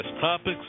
topics